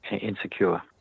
insecure